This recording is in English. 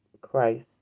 Christ